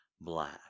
black